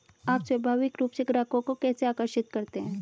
आप स्वाभाविक रूप से ग्राहकों को कैसे आकर्षित करते हैं?